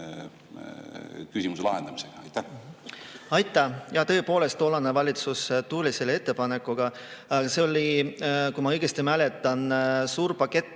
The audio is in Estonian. küsimuse lahendamisega? Aitäh! Jaa, tõepoolest, tollane valitsus tuli selle ettepanekuga. See oli, kui ma õigesti mäletan, suur pakett